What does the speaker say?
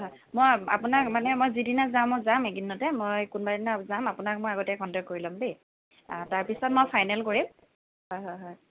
হয় হয় মই আপোনাক মানে মই যিদিনা যাম মই যাম এইকেইদিনতে মই কোনোবা এদিনা যাম আপোনাক মই আগতীয়াকৈ কণ্টেক কৰি লম দেই তাৰ পিছত মই ফাইনেল কৰিম হয় হয় হয়